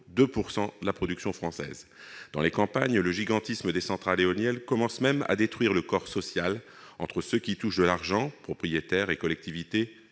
2 % de la production française ». En outre, dans les campagnes, le gigantisme des centrales éoliennes commence à détruire le corps social, entre ceux qui touchent de l'argent- propriétaires et collectivités